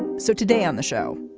and so today on the show,